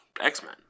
X-Men